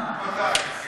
מתי זה יהיה,